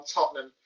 Tottenham